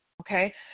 Okay